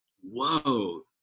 Whoa